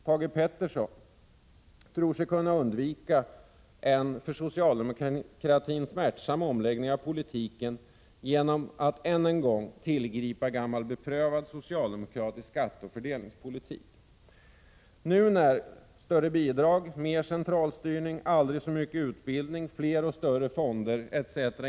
Thage G. Peterson tror sig kunna undvika en för socialdemokratin smärtsam omläggning av politiken genom att än en gång tillgripa gammal beprövad socialdemokratisk skatteoch fördelningspolitik. När nu större bidrag, mer centralstyrning, aldrig så mycket utbildning, fler och större fonder etc.